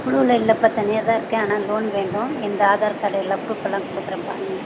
குழுவுல இல்லைப்பா தனியாகதான் இருக்கேன் ஆனால் லோன் வேண்டும் எனது ஆதார் கார்டு எல்லா ப்ரூஃப் எல்லாம் கொடுக்குறேன் பாருங்க